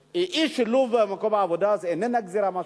אי-שילוב במקום העבודה, זו איננה גזירה מהשמים,